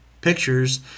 pictures